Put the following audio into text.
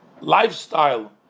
lifestyle